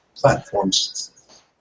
Platforms